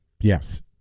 Yes